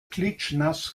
klitschnass